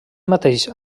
mateix